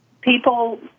people